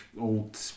old